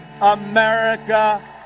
America